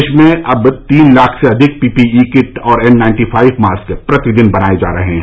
देश में अब तीन लाख से अधिक पीपीई किट और एन नाइन्टी फाइव मास्क प्रतिदिन बनाए जा रहे हैं